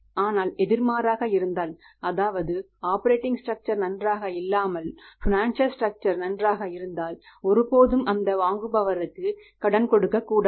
ஆனால் operator structure நன்றாக இருந்தால் ஒருபோதும் அந்த வாங்குபவருக்கு கடன் கொடுக்கக்கூடாது